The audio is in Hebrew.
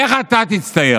איך אתה תצטייר?